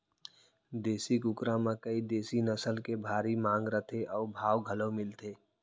देसी कुकरा म कइ देसी नसल के भारी मांग रथे अउ भाव घलौ मिलथे